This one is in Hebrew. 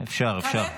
אפשר, אפשר.